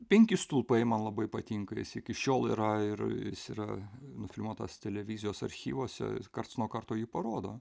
penki stulpai man labai patinka jis iki šiol yra ir jis yra nufilmuotas televizijos archyvuose karts nuo karto jį parodo